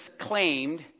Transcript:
claimed